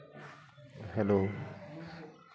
hello